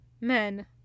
Men